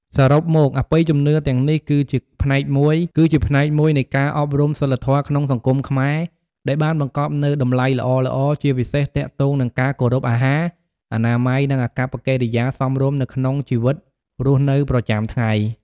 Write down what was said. សរុបមក អបិយជំនឿទាំងនេះ គឺជាផ្នែកមួយនៃការអប់រំសីលធម៌ក្នុងសង្គមខ្មែរ ដែលបានបង្កប់នូវតម្លៃល្អៗ ជាពិសេសទាក់ទងនឹងការគោរពអាហារ អនាម័យ និងអាកប្បកិរិយាសមរម្យនៅក្នុងជីវិតរស់នៅប្រចាំថ្ងៃ។